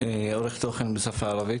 עורך תוכן בשפה הערבית.